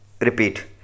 Repeat